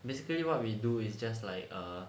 basically what we do is just like err